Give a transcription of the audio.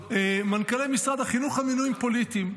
מנכ"לי משרד החינוך הם מינויים פוליטיים.